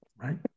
right